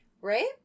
Right